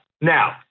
Now